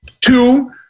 Two